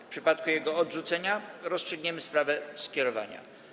W przypadku jego odrzucenia rozstrzygniemy sprawę skierowania.